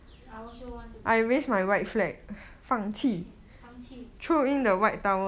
I also want to give up already okay 放弃